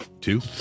two